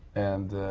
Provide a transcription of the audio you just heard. and